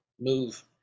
move